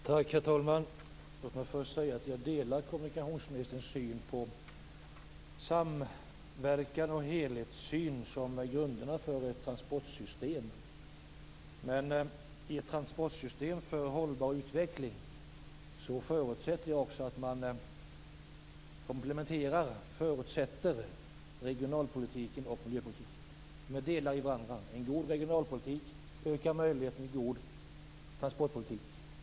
Herr talman! Låt mig först säga att jag delar kommunikationsministerns syn på samverkan och helhetssyn som grunderna för ett transportsystem. Men jag förutsätter också att man i ett transportsystem för hållbar utveckling låter regionalpolitiken och miljöpolitiken komplettera varandra. En god regionalpolitik ökar möjligheterna till en god transportpolitik.